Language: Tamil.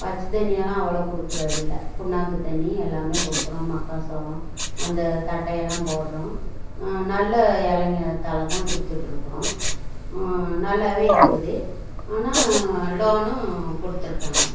பச்ச தண்ணியெல்லாம் அவ்வளோ கொடுக்குறதில்ல புண்ணாக்கு தண்ணி எல்லாமே கொடுக்குறோம் மக்காச்சோளம் அந்த தட்டையெல்லாம் போடுகிறோம் நல்ல இலைங்க தழை தான் கொடுத்துட்ருக்குறோம் நல்லாவே இருக்குது ஆனால் லோனும் கொடுத்துருக்காங்க